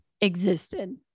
existed